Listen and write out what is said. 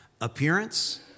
Appearance